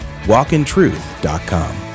walkintruth.com